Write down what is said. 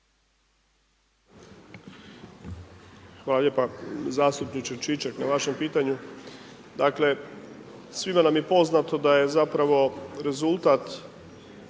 Hvala lijepa zastupniče Čičak na vašem pitanju. Dakle, svima nam je poznato da je zapravo rezultat